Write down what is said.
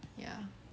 ya